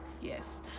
yes